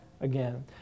again